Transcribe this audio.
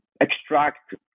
extract